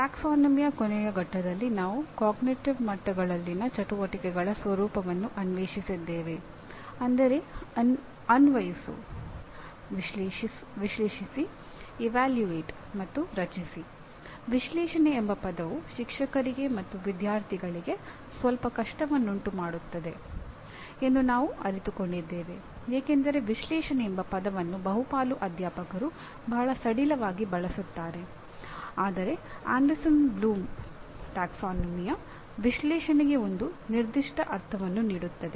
ಪ್ರವರ್ಗದ ಕೊನೆಯ ಪಠ್ಯದಲ್ಲಿ ನಾವು ಕಾಗ್ನಿಟಿವ್ ವಿಶ್ಲೇಷಣೆಗೆ ಒಂದು ನಿರ್ದಿಷ್ಟ ಅರ್ಥವನ್ನು ನೀಡುತ್ತದೆ